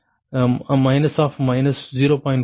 44 0